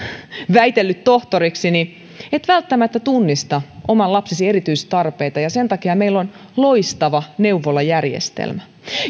väitellyt tohtoriksi niin et välttämättä tunnista oman lapsesi erityistarpeita ja sen takia meillä on loistava neuvolajärjestelmä